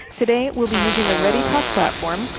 today we'll be using the readytalk platform.